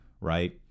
right